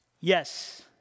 Yes